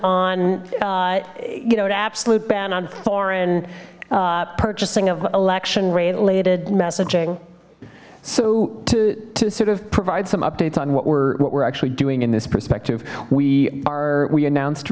on you know absolute ban on foreign purchasing of election related messaging so to sort of provide some updates on what we're what we're actually doing in this perspective we are we announced